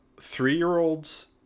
three-year-olds